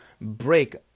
break